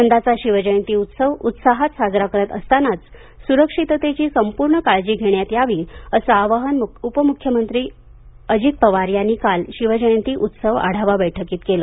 यंदाचा शिवजयंती उत्सव उत्साहात साजरा करत असतानाच सुरक्षिततेची संपूर्ण काळजी घेण्यात यावी असे आवाहन उपमुख्यमंत्री अजित पवार यांनी काल शिवजयंती उत्सव आढावा बैठकीत केले